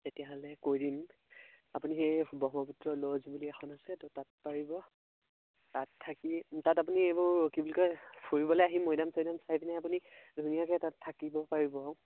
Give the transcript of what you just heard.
তেতিয়াহ'লে কৈ দিম আপুনি সেই ব্ৰহ্মপুত্ৰ ল'জ বুলি এখন আছে তাত পাৰিব তাত থাকি তাত আপুনি এইবোৰ কি বুলি কয় ফুৰিবলে আহি মৈদাম চৈদাম চাই পিনে আপুনি ধুনীয়াকে তাত থাকিব পাৰিব